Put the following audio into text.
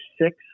six